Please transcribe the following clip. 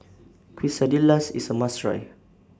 Quesadillas IS A must Try